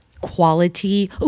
quality